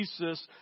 Jesus